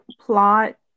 plot